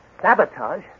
Sabotage